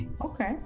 Okay